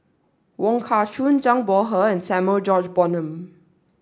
Wong Kah Chun Zhang Bohe and Samuel George Bonham